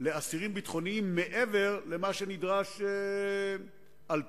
לאסירים ביטחוניים מעבר למה שנדרש על-פי